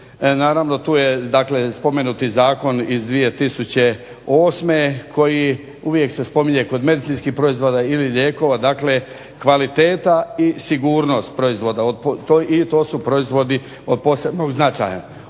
Naravno tu je dakle spomenuti zakon iz 2008. koji uvijek se spominje kod medicinskih proizvoda ili lijekova, dakle kvaliteta i sigurnost proizvoda, i to su proizvodi od posebnog značaja.